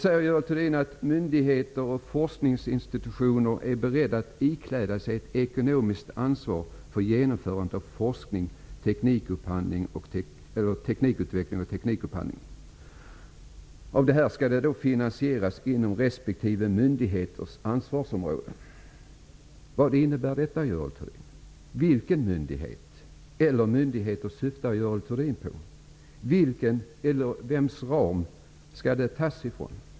Görel Thurdin säger att myndigheter och forskningsinstitutioner är beredda att ikläda sig ekonomiskt ansvar för genomförandet av forskning, teknikutveckling och teknikupphandling. Det skall då finansieras genom respektive myndighets ansvarsområde. Vad innebär det? Vilken myndighet, eller vilka myndigheter, syftar Görel Thurdin på? Vems ram skall det tas från?